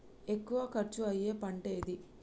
ఎక్కువ ఖర్చు అయ్యే పంటేది?